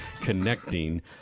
Connecting